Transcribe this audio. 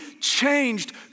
changed